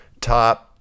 top